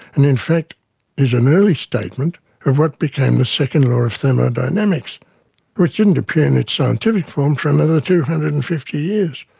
and in fact is an early statement of what became the second law of thermodynamics which didn't appear in its scientific form for another two hundred and fifty years.